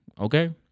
Okay